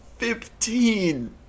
Fifteen